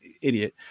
Idiot